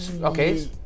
Okay